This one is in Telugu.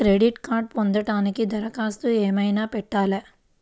క్రెడిట్ కార్డ్ను పొందటానికి దరఖాస్తు ఏమయినా పెట్టాలా?